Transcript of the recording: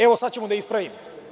Evo, sada ćemo da je ispravimo.